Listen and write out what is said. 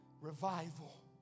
Revival